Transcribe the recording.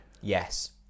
Yes